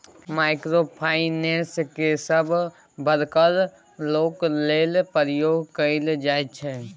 micro finance केँ सब बर्गक लोक लेल प्रयोग कएल जाइ छै